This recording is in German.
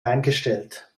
eingestellt